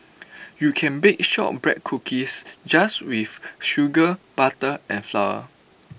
you can bake Shortbread Cookies just with sugar butter and flour